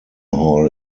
hall